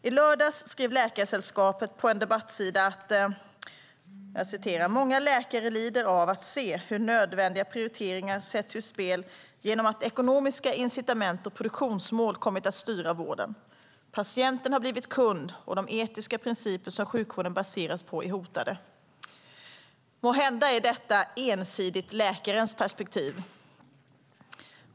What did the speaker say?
I lördags skrev Läkaresällskapet på en debattsida: Många läkare lider av att se hur nödvändiga prioriteringar sätts ur spel genom att ekonomiska incitament och produktionsmål kommit att styra vården. Patienten har blivit kund och de etiska principer som sjukvården baseras på är hotade. Måhända är detta ensidigt läkarens perspektiv.